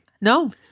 No